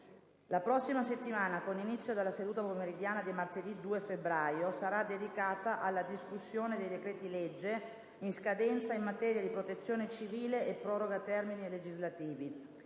La prossima settimana, con inizio dalla seduta pomeridiana di martedì 2 febbraio, sarà dedicata alla discussione dei decreti-legge in scadenza in materia di protezione civile e proroga termini legislativi.